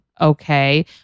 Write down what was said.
okay